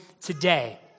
today